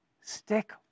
stick